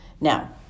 Now